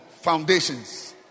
Foundations